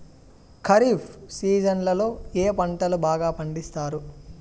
ఖరీఫ్ సీజన్లలో ఏ పంటలు బాగా పండిస్తారు